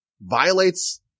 violates